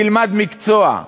תלמד מקצוע.